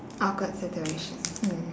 awkward situation mm